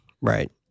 Right